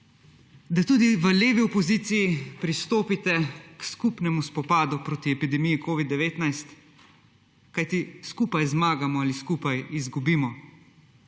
da tudi v levi opoziciji pristopite k skupnemu spopadu proti epidemiji covid-19, kajti skupaj zmagamo ali skupaj izgubimo.